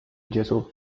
gesù